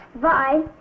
Bye